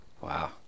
Wow